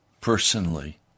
personally